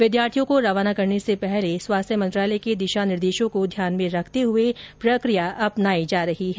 विद्यार्थियों को रवाना करने से पहले स्वास्थ्य मंत्रालय के दिशा निर्देशों को ध्यान में रखते हुए प्रक्रिया अपनाई जा रही है